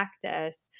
practice